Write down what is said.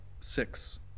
six